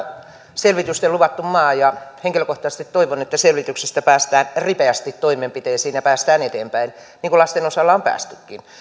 selvitysten luvattu maa ja henkilökohtaisesti toivon että selvityksistä päästään ripeästi toimenpiteisiin ja päästään eteenpäin niin kuin lasten osalla on päästykin